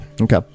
Okay